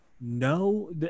no